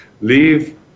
leave